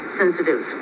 sensitive